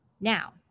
now